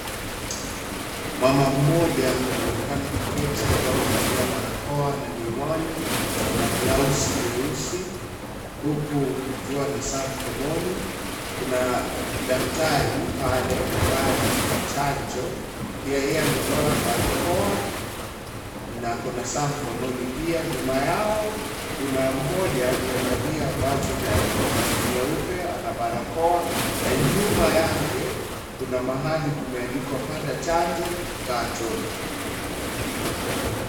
Mama Moja anaonekana kuketi akiwa amevalia barakoa na miwani na blouse nyeusi huku akiwa na saa mkononi. Kuna daktari pale akiwa anampa janjo pia yeye amevaa barakoa na ako na saa mkononi pia nyuma yao Kuna moja aliyevalia vazi nyeupe ana barakoa na nyuma yake kuna mahali imeandikwa Pata Janjo Kaa Jonjo.